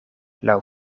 laŭ